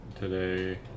today